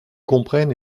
comprennent